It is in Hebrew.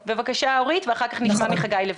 בבקשה, אורית, ואחר כך נשמע מחגי.